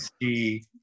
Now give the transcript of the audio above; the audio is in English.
see